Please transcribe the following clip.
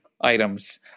items